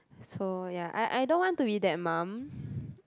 so ya I I don't want to be that mum